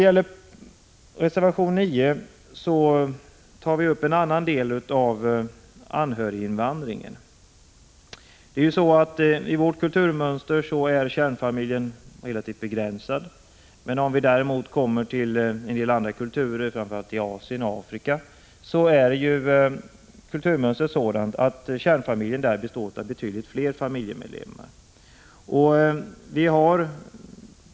I reservation 9 tar vi upp en annan del av anhöriginvandringen. I vårt kulturmönster är kärnfamiljen relativt begränsad. I en del andra kulturer, framför allt i Asien och Afrika, är kulturmönstret sådant att kärnfamiljen består av betydligt fler familjemedlemmar än hos oss.